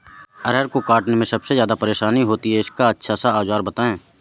अरहर को काटने में सबसे ज्यादा परेशानी होती है इसका अच्छा सा औजार बताएं?